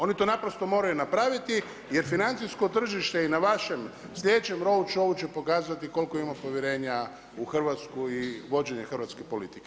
Oni to naprosto moraju napraviti, jer financijsko tržište i na vešem sljedećem … će pokazati koliko imamo povjerenja u Hrvatsku i vođenje hrvatske politike.